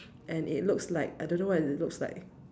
and it looks like I don't know what it looks like